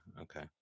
Okay